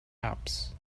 apps